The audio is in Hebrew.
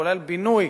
כולל בינוי,